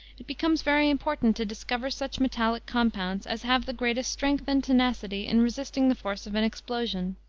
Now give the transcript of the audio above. it becomes very important to discover such metallic compounds as have the greatest strength and tenacity in resisting the force of an explosion.